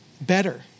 better